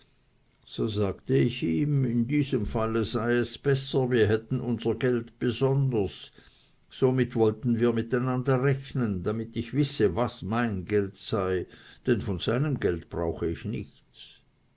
so sagte ich ihm in diesem fall sei es besser wir hätten unser geld besonders somit wollten wir miteinander rechnen damit ich wisse was mein geld sei denn von seinem geld brauche ich nichts